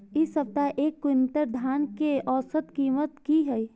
इ सप्ताह एक क्विंटल धान के औसत कीमत की हय?